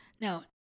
Now